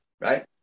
right